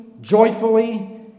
joyfully